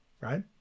right